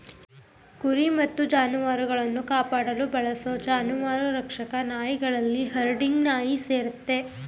ಕುರಿ ಮತ್ತು ಜಾನುವಾರುಗಳನ್ನು ಕಾಪಾಡಲು ಬಳಸೋ ಜಾನುವಾರು ರಕ್ಷಕ ನಾಯಿಗಳಲ್ಲಿ ಹರ್ಡಿಂಗ್ ನಾಯಿ ಸೇರಯ್ತೆ